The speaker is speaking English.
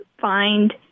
find